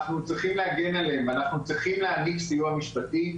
אנחנו צריכים להגן עליהן ואנחנו צריכים להעניק סיוע משפטי.